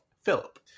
Philip